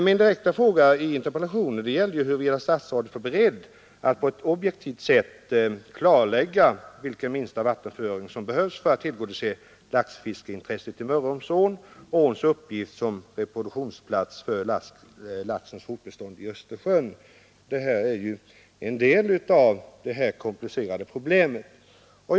Min direkta fråga i interpellationen gällde huruvida statsrådet var beredd att på ett objektivt sätt klarlägga vilken minsta vattenföring som behövs för att tillgodose laxfiskeintresset i Mörrumsån och säkra åns uppgift som reproduktionsplats för laxens fortbestånd i Östersjön. Det är ju en del av det komplicerade problemet.